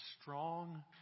strong